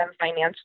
financially